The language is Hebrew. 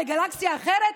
בגלקסיה אחרת?